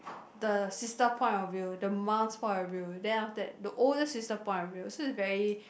the sister point of view the mum's point of view then after that the older sister point of view so is very